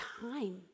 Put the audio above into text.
time